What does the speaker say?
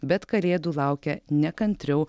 bet kalėdų laukia nekantriau